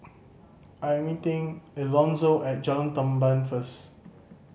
I'm meeting Elonzo at Jalan Tamban first